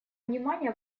внимание